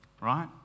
right